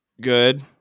good